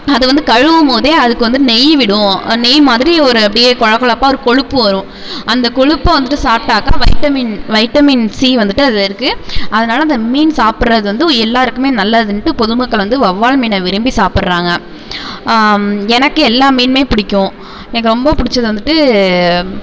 அதுவந்து கழுவும் போதே அதுக்கு வந்து நெய் விடும் நெய் மாதிரி ஒரு அப்படியே கொழகொழப்பாக ஒரு கொழுப்பு வரும் அந்த கொழுப்பை வந்துட்டு சாப்பிட்டாக்கா வைட்டமின் வைட்டமின் சி வந்துட்டு அதில் இருக்குது அதனால அந்த மீன் சாப்பிட்றது வந்து எல்லாருக்குமே நல்லதுன்ட்டு பொது மக்கள் வந்து வவ்வால் மீனை விரும்பி சாப்பிட்றாங்க எனக்கு எல்லா மீனுமே பிடிக்கும் எனக்கு ரொம்ப பிடிச்சது வந்துட்டு